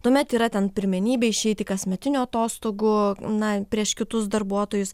tuomet yra ten pirmenybė išeiti kasmetinių atostogų na prieš kitus darbuotojus